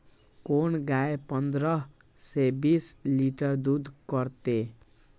कोन गाय पंद्रह से बीस लीटर दूध करते?